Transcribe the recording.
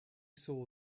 saw